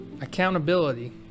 Accountability